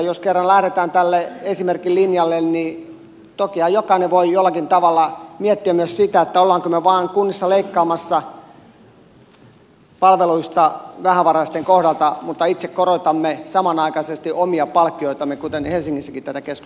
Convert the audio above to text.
jos kerran lähdetään tälle esimerkkilinjalle niin tokihan jokainen voi jollakin tavalla miettiä myös sitä olemmeko me vain kunnissa leikkaamassa palveluista vähävaraisten kohdalta mutta itse korotamme samanaikaisesti omia palkkioitamme kuten helsingissäkin tätä keskustelua käytiin